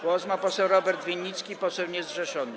Głos ma poseł Robert Winnicki, poseł niezrzeszony.